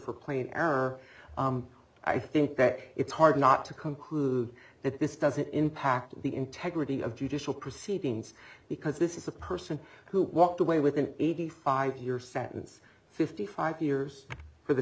for play an error i think that it's hard not to conclude that this doesn't impact the integrity of judicial proceedings because this is a person who walked away with an eighty five year sentence fifty five years for the